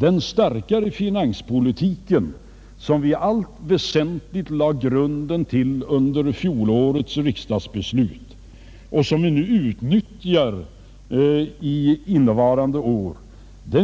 Den starkare finanspolitiken, som vi i allt väsentligt lade grunden till genom fjolårets riksdagsbeslut och som vi nu utnyttjar under innevarande år,